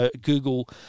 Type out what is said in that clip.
Google